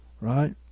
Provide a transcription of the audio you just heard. right